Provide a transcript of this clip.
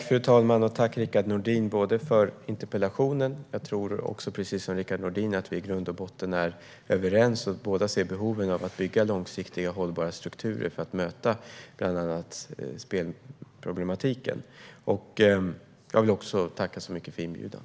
Fru talman! Jag tackar Rickard Nordin för interpellationen. Precis som Rickard Nordin tror jag att vi i grund och botten är överens och att vi båda ser behoven av att bygga långsiktiga och hållbara strukturer för att möta bland annat spelproblematiken. Jag tackar också för inbjudan.